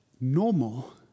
normal